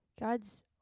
God's